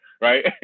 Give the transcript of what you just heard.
right